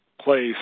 place